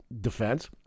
defense